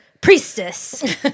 Priestess